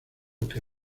que